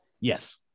Yes